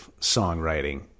songwriting